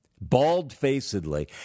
bald-facedly